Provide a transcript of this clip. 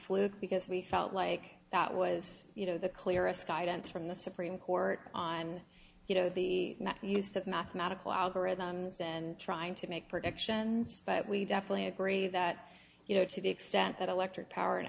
on because we felt like that was you know the clearest guidance from the supreme court on you know the use of mathematical algorithms and trying to make predictions but we definitely agree that you know to the extent that electric power and